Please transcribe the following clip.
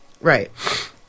Right